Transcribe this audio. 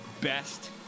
best